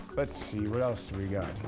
but see what else do we got.